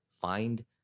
find